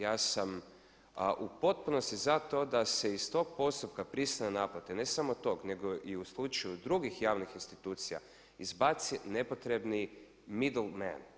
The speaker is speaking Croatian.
Ja sam u potpunosti za to da se iz tog postupka prisilne naplate ne samo tog nego i u slučaju drugih javnih institucija izbace i nepotrebni midle man.